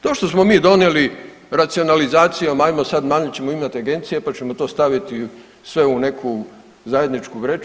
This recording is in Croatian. To što smo mi donijeli racionalizacijom, ajmo sad, manje ćemo imati agencije, pa ćemo to staviti sve u neku zajedničku vreću.